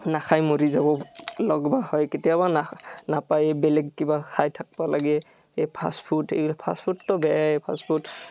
নাখায় মৰি যাব লগ বা হয় কেতিয়াবা নাখা নাপায় বেলেগ কিবা খাই থাকবা লাগে এই ফাচফুড এই ফাচফুডটো বেয়াই ফাচ ফুড